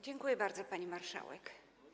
Dziękuję bardzo, pani marszałek.